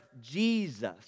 Jesus